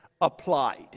applied